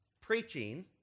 Preaching